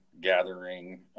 gathering